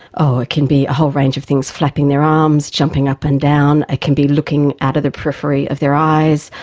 oh, it can be a whole range of things flapping their arms, jumping up and down, it can be looking out of the periphery of their eyes,